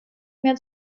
mehr